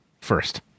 First